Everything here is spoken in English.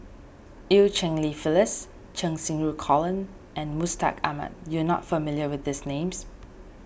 Eu Cheng Li Phyllis Cheng Xinru Colin and Mustaq Ahmad you are not familiar with these names